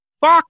Fuck